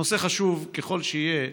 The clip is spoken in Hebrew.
הנושא, חשוב ככל שיהיה,